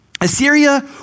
Assyria